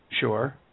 Sure